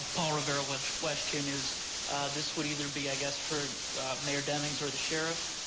all rivera which question is this would either be i guess for a mayor demings or the sheriff.